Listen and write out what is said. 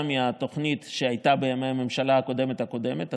מהתוכנית שהייתה בימי הממשלה הקודמת הקודמת,